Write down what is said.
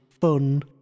fun